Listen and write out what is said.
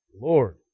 Lord